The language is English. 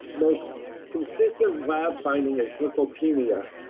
most consistent lab finding is lymphopenia.